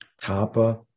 Tapa